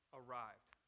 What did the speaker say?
arrived